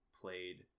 played